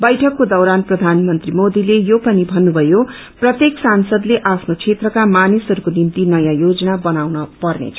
बैठकको दौरान प्रधानमन्त्री मोदीले यो पनि भन्नुभयो प्रत्येक सांसदले आफ्नो क्षेत्रका मानिसहरूको निम्ति नयाँ योजना बनाउन पर्नेछ